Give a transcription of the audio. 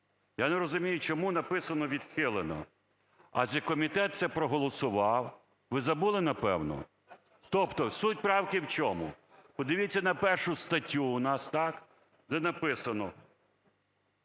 Я не розумію, чому написано відхилено, адже комітет це проголосував. Ви забули, напевно? Тобто суть правки в чому? Подивіться на 1 статтю у нас, де написано